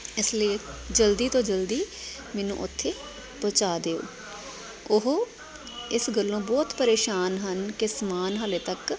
ਇਸ ਲਈ ਜਲਦੀ ਤੋਂ ਜਲਦੀ ਮੈਨੂੰ ਉੱਥੇ ਪਹੁੰਚਾ ਦਿਓ ਉਹ ਇਸ ਗੱਲੋਂ ਬਹੁਤ ਪਰੇਸ਼ਾਨ ਹਨ ਕਿ ਸਮਾਨ ਹਾਲੇ ਤੱਕ